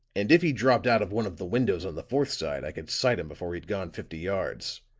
and if he dropped out of one of the windows on the fourth side i could sight him before he'd gone fifty yards.